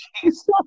Jesus